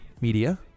Media